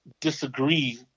disagree